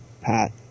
pat